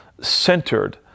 centered